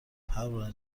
پروانه